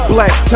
Black